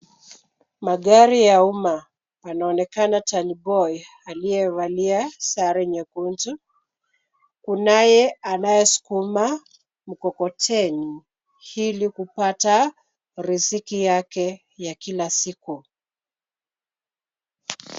Magari ya umma. Panaonekana taniboi aliyevalia sare nyekundu. Kunaye anayesukuma mkokoteni hili kupata riziki yake ya kila siku.